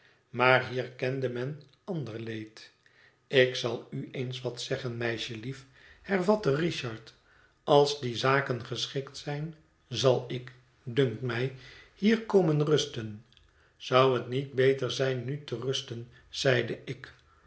maar hier kende men ander leed ik zal u eens wat zeggen meisjelief hervatte richard als die zaken geschikt zijn zal ik dunkt mij hier komen rusten zou het niet beter zijn nu te rusten zeide ik